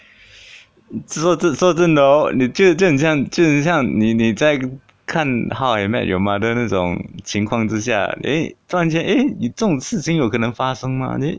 就是说说真的 hor 你就就很像就很像你你在看 how I met your mother 那种情况之下 eh 突然间 eh 你这种事情有可能发生吗 eh